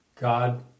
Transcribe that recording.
God